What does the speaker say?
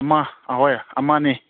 ꯑꯃ ꯑꯍꯣꯏ ꯑꯃꯅꯤ